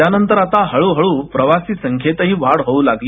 त्यानंतर हळू हळू प्रवासी संख्येतही वाढ होऊ लागली